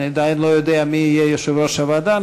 אני עדיין לא יודע מי יהיה יושב-ראש הוועדה,